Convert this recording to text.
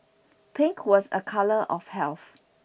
pink was a colour of health